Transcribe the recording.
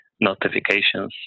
notifications